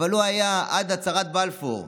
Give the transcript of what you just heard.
אבל הוא היה עד הצהרת בלפור,